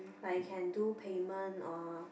like you can do payment or